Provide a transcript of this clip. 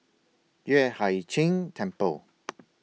Yueh Hai Ching Temple